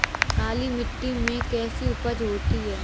काली मिट्टी में कैसी उपज होती है?